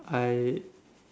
I